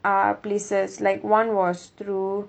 uh places like one was through